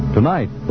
Tonight